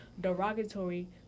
derogatory